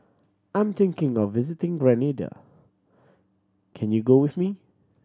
I'm thinking of visiting Grenada can you go with me